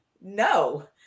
no